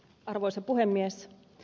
arvoisa puhemies